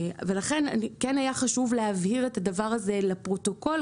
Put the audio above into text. לכן כן היה חשוב להבהיר את הדבר הזה גם לפרוטוקול